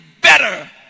better